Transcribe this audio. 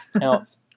counts